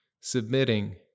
submitting